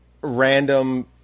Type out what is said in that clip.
random